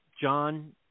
John